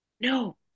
no